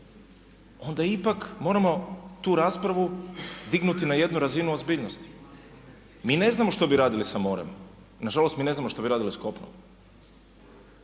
onda ipak moramo tu raspravu dignuti na jednu razinu ozbiljnosti. Mi ne znamo što bi radili sa morem, nažalost mi ne znamo što bi radili s kopnom.